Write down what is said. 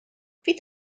fydd